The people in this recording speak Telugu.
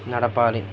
నడపాలి